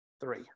three